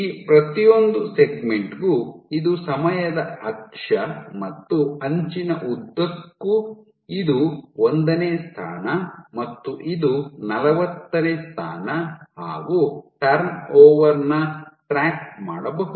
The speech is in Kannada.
ಈ ಪ್ರತಿಯೊಂದು ಸೆಗ್ಮೆಂಟ್ ಗು ಇದು ಸಮಯದ ಅಕ್ಷ ಮತ್ತು ಅಂಚಿನ ಉದ್ದಕ್ಕೂ ಇದು ಒಂದನೇ ಸ್ಥಾನ ಮತ್ತು ಇದು ನಲವತ್ತನೇ ಸ್ಥಾನ ಹಾಗು ಟರ್ನ್ ಓವರ್ ನ ಟ್ರ್ಯಾಕ್ ಮಾಡಬಹುದು